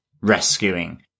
rescuing